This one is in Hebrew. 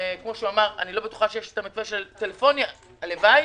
ואני לא בטוחה שיש המתווה של צוות- -- הלוואי,